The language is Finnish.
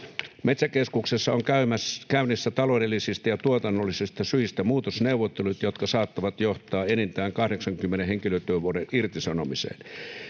Metsäkeskuksessa on käynnissä taloudellisista ja tuotannollisista syistä muutosneuvottelut, jotka saattavat johtaa enintään 80 henkilötyövuoden irtisanomiseen.